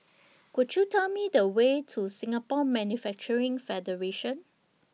Could YOU Tell Me The Way to Singapore Manufacturing Federation